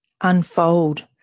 unfold